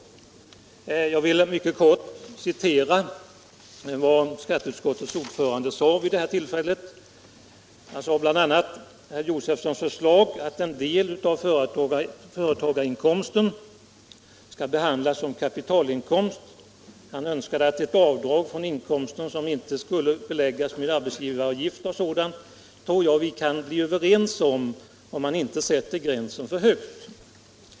Jag vill mycket kort återge vad skatteutskottets ordförande sade vid det tillfället. Bl. a. sade han att herr Josefsons förslag att en del av företagarinkomsten skall behandlas som kapitalinkomst — han önskade ett avdrag från inkomsten som inte skulle beläggas med arbetsgivaravgifter och sådant — tror jag vi kan bli överens om, ifall man inte sätter gränsen för högt.